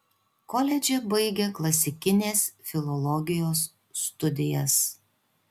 koledže baigė klasikinės filologijos studijas